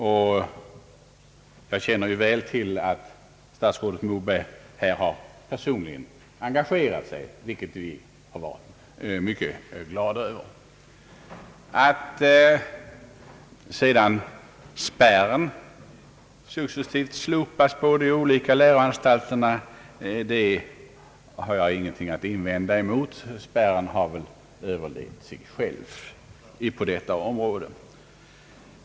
Jag känner mycket väl till att statsrådet Moberg i detta fall också rent personligen engagerade sig, vilket vi har varit mycket glada över. Det förhållandet att spärren successivt slopas vid de olika läroanstalterna har jag ingenting att invända emot. Spärren har överlevt sig själv på detta område.